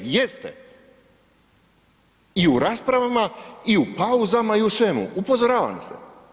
Jeste i u raspravama i u pauzama i u svemu, upozoravani ste.